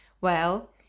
Well